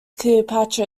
cleopatra